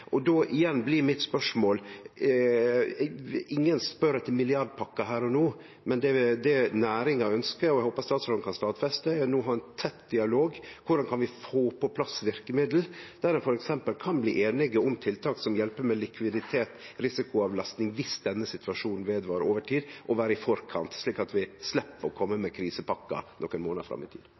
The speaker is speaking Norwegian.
Då blir mitt spørsmål igjen: Ingen spør etter milliardpakker her og no, men det næringa ønskjer, og som eg håper statsråden kan stadfeste, er no å ha ein tett dialog. Korleis kan vi få på plass verkemiddel der ein f.eks. kan bli einige om tiltak som hjelper med likviditet og risikoavlastning viss denne situasjonen varer over tid, slik at vi kan vere i forkant og sleppe å kome med krisepakker nokre månader fram tid?